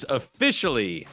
officially